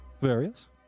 Various